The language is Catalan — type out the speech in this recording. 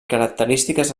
característiques